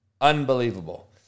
unbelievable